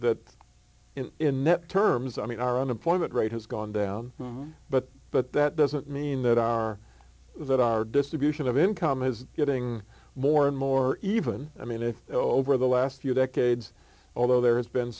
that in terms i mean our unemployment rate has gone down but but that doesn't mean that our that our distribution of income is getting more and more even i mean it over the last few decades although there has been